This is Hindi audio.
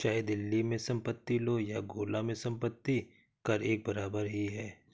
चाहे दिल्ली में संपत्ति लो या गोला में संपत्ति कर एक बराबर ही है